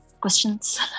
questions